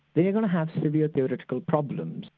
then you're going to have severe theoretical problems,